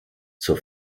zur